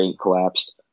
collapsed